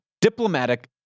diplomatic